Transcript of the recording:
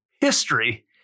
history